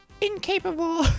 incapable